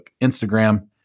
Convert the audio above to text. Instagram